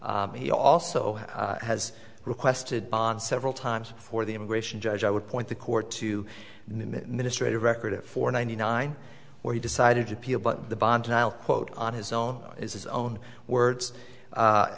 he also has requested bond several times for the immigration judge i would point the court to ministre to record it for ninety nine where he decided to appeal but the bond i'll quote on his own is his own words